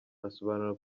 asobanura